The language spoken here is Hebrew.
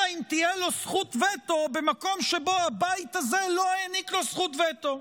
אלא אם כן תהיה לו זכות וטו במקום שבו הבית הזה לא העניק לו זכות וטו.